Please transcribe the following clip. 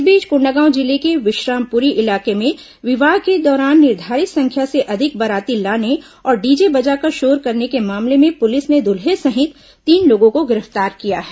इस बीच कोंडागांव जिले के विश्रामपुरी इलाके में विवाह के दौरान निर्धारित संख्या से अधिक बाराती लाने और डीजे बजाकर शोर करने के मामले में पुलिस ने दूल्हे सहित तीन लोगों को गिरफ्तार किया है